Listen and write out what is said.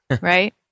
right